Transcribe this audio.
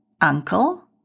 uncle